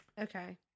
okay